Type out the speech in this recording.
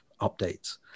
updates